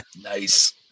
Nice